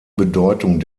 bedeutung